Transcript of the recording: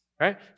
right